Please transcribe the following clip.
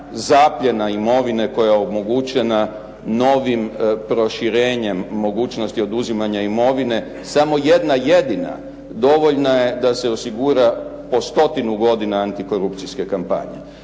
zapljena imovine koja je omogućena novim proširenjem mogućnosti oduzimanja imovine, samo jedna jedina dovoljna je da se osigura po 100-tinu godina antikorupcijske kampanje.